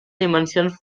dimensions